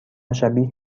شبیه